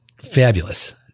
fabulous